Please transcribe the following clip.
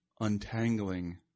untangling